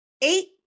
eight